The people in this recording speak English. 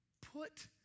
Put